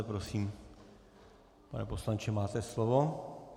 Prosím, pane poslanče, máte slovo.